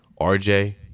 RJ